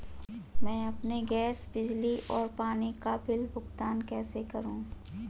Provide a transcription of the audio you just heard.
मैं अपने गैस, बिजली और पानी बिल का भुगतान कैसे करूँ?